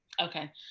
Okay